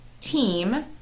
team